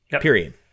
period